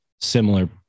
similar